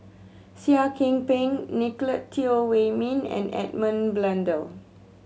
Seah Kian Peng Nicolette Teo Wei Min and Edmund Blundell